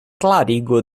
klarigo